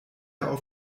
auf